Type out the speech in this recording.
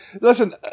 Listen